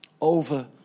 over